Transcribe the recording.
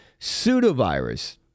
pseudovirus